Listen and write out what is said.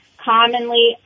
commonly